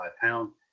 pound